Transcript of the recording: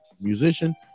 musician